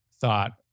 thought